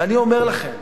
ואני אומר לכם: